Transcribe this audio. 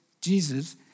Jesus